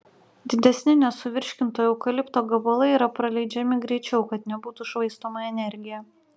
didesni nesuvirškinto eukalipto gabalai yra praleidžiami greičiau kad nebūtų švaistoma energija